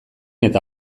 eta